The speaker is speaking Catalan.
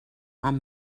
amb